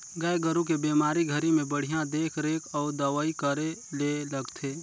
गाय गोरु के बेमारी घरी में बड़िहा देख रेख अउ दवई करे ले लगथे